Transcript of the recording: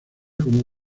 cómo